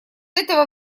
этого